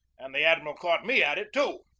and the admiral caught me at it, too.